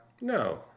No